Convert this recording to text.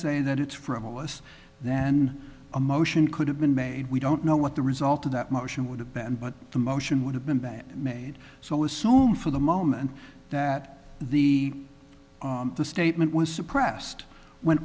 say that it's frivolous then a motion could have been made we don't know what the result of that motion would have been but the motion would have been bad made so assume for the moment that the the statement was suppressed when